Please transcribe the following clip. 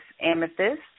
Amethyst